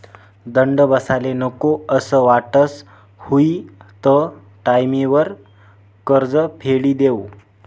दंड बसाले नको असं वाटस हुयी त टाईमवर कर्ज फेडी देवो